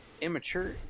immature